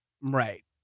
Right